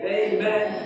amen